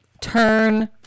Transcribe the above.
Turn